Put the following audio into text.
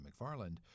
McFarland